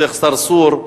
שיח' צרצור,